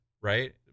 right